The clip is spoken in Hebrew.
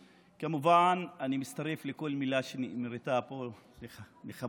כמובן, אני מצטרף לכל מילה שנאמרה פה מחברותיי